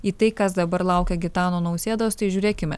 į tai kas dabar laukia gitano nausėdos tai žiūrėkime